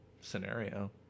scenario